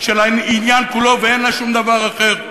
של העניין כולו ואין לו שום דבר אחר.